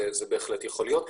זה בהחלט יכול להיות,